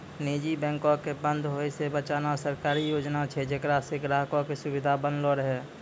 निजी बैंको के बंद होय से बचाना सरकारी योजना छै जेकरा से ग्राहको के सुविधा बनलो रहै